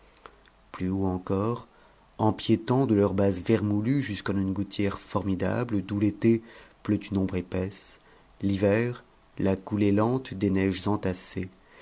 plus haut encore empiétant de leurs bases vermoulues jusqu'en une gouttière formidable d'où l'été pleut une ombre épaisse l'hiver la coulée lente des neiges entassées